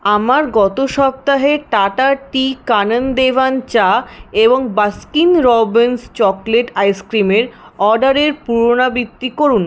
আমার গত সপ্তাহের টাটা টি কানন দেভান চা এবং বাস্কিন রবিন্স চকোলেট আইসক্রিমের অর্ডারের পুনরাবৃত্তি করুন